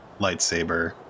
lightsaber